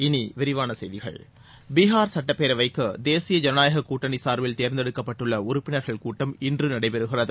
இனி விரிவான செய்திகள் பீகார் சுட்டப்பேரவைக்கு தேசிய ஐனநாயக கூட்டணி சார்பில் தேர்ந்தெடுக்கப்பட்டுள்ள உறுப்பினர்கள் கூட்டம் இன்று நடைபெறுகிறது